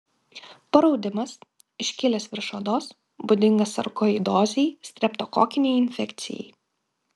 paraudimas iškilęs virš odos būdingas sarkoidozei streptokokinei infekcijai